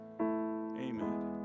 Amen